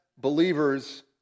believers